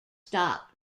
stop